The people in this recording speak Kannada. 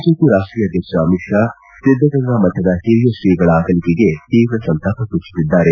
ಬಿಜೆಪಿ ರಾಷ್ಷೀಯ ಅಧ್ಯಕ್ಷ ಅಮಿತ್ ಷಾ ಸಿದ್ದಗಂಗಾ ಮಠದ ಹಿರಿಯ ಶ್ರೀಗಳ ಅಗಲಿಕೆಗೆ ತೀವ್ರ ಸಂತಾಪ ಸೂಚಿಸಿದ್ದಾರೆ